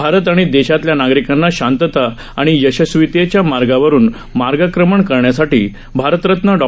भारत आणि देशातल्या नागरिकांना शांतता आणि यशस्वितेच्या मार्गावरून मार्गक्रमण करण्यासाठी भारतरत्न डॉ